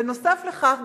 ובנוסף לכך,